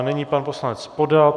Nyní pan poslanec Podal.